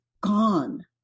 gone